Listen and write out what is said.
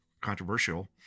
controversial